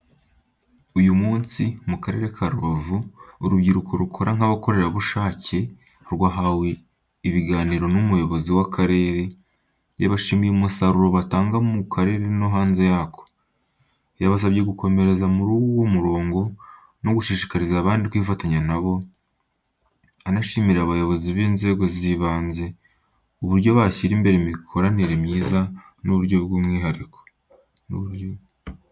Uyu munsi, mu Karere ka Rubavu, urubyiruko rukora nk’abakorerabushake rwahawe ibiganiro n’Umuyobozi w'Akarere, yabashimiye umusaruro batanga mu karere no hanze yako. Yabasabye gukomereza muri uwo murongo no gushishikariza abandi kwifatanya na bo, anashimira abayobozi b’inzego zibanze, uburyo bashyira imbere imikoranire myiza n’urwo rubyiruko.